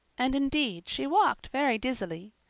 and indeed, she walked very dizzily.